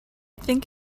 think